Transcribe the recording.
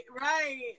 right